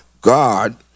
god